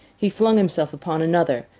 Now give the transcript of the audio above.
he flung himself upon another,